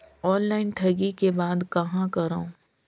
Online ठगी के बाद कहां करों?